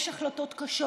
יש החלטות קשות,